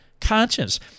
conscience